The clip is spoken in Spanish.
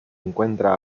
encuentra